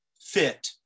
fit